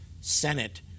senate